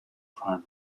primary